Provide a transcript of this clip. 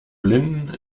blinden